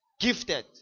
gifted